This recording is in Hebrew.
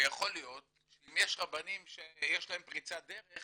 ויכול להיות שאם יש רבנים שיש להם פריצת דרך